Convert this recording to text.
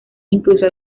incluso